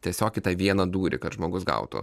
tiesiog į tą vieną dūrį kad žmogus gautų